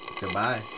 Goodbye